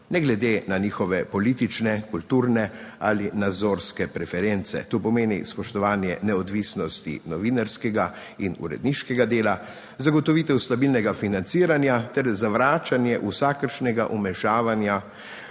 ne glede na njihove politične, kulturne ali nazorske preference. To pomeni spoštovanje neodvisnosti novinarskega in uredniškega dela, zagotovitev stabilnega financiranja ter zavračanje vsakršnega vmešavanja